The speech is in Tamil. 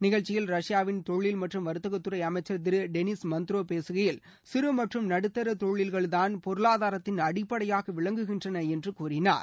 நிகழ்ச்சியில் ரஷ்யாவின் தொழில் மற்றும் வர்த்தகத்துறை அளமச்சர் திரு டெனிஸ் மந்த்ரோ பேசுகையில் சிறு மற்றும் நடுத்தர தொழில்கள்தான் பொருளாதாரத்தின் அடிப்படையாக விளங்குகின்றன என்று கூறினார்